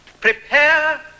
Prepare